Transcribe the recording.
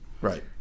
Right